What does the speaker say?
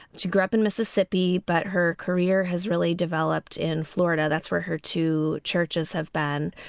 she grew up in mississippi. but her career has really developed in florida. that's where her two churches have been.